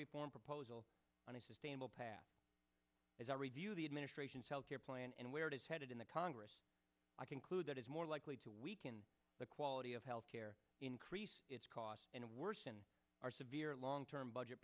reform proposal on a sustainable path is a review of the administration's health care plan and where it is headed in the congress i conclude that is more likely to weaken the quality of health care increase its cost and worsen our severe long term budget